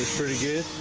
pretty good